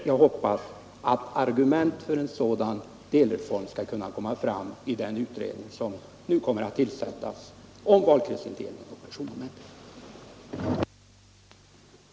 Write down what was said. Jag hoppas att argument för en sådan delreform skall komma fram i den utredning som nu skall tillsättas om valkretsindelningen och personmomentet.